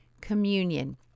communion